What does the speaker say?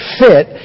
fit